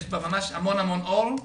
יש בה המון אור.